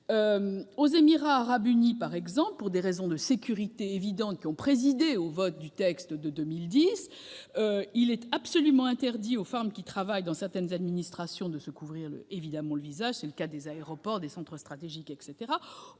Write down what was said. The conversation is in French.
Aux Émirats arabes unis, pour d'évidentes raisons de sécurité qui ont présidé au vote du texte de 2010, il est absolument interdit aux femmes travaillant dans certaines administrations de se couvrir le visage ; c'est le cas dans les aéroports, les centres stratégiques, etc.